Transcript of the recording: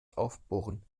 aufbohren